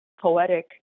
poetic